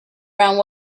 round